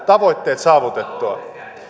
tavoitteet saavutettua